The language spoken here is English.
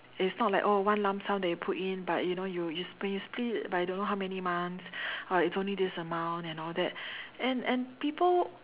it's not like oh one lump sum that you put in but you know you you when you split it by don't know how many months oh it's only this amount and all that and and people